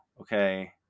okay